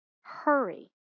hurry